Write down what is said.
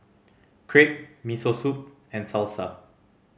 Crepe Miso Soup and Salsa